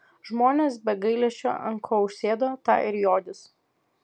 žmonės be gailesčio ant ko užsėdo tą ir jodys